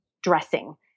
dressing